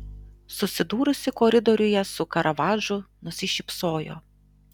susidūrusi koridoriuje su karavadžu nusišypsojo